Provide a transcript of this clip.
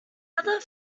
other